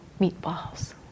meatballs